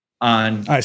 on